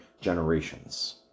generations